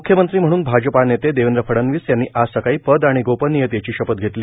मुख्यमंत्री म्हणून भाजपा नेते देवेंद्र फडणवीस यांनी आज सकाळी पद आणि गोपनियेतेची शपथ घेतली